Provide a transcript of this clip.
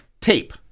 tape